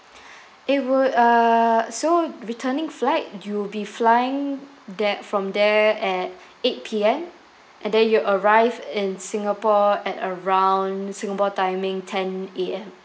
it will uh so returning flight you'll be flying there from there at eight P_M and then you arrive in singapore at around singapore timing ten A_M